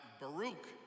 Baruch